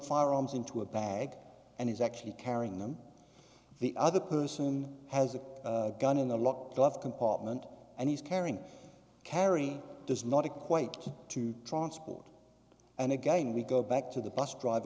firearms into a bag and he's actually carrying them the other person has a gun in the lock glove compartment and he's carrying carry does not equate to transport and again we go back to the bus driver